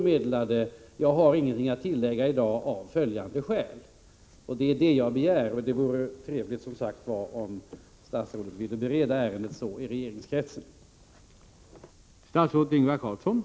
Med anledning härav frågar jag finansministern: Är det inte emot lagens syfte att begära förlängd tillämpning när utvecklingen enligt regeringens uppfattning kommer att bli rakt motsatt den som förutsätts i prisregleringslagen för dess tillämpning?